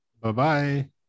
Bye-bye